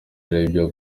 aribyo